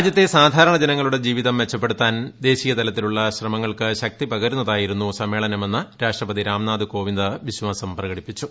രാജ്യത്തെ സാധാരണ ജനങ്ങളുടെ ജീവിതം മെച്ചപ്പെടുത്താൻ ദേശീയ തലത്തിലുള്ള ശ്രമങ്ങൾക്ക് ശക്തി പകരുന്നതായിരുന്നു സമ്മേളനമെന്ന് രാഷ്ട്രപതി രാംനാഥ് കോവിന്ദ് വിശ്വാസം പ്രകടിപ്പിച്ചു